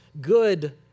good